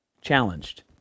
challenged